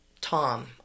Tom